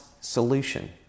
solution